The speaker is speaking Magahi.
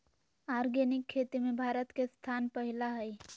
आर्गेनिक खेती में भारत के स्थान पहिला हइ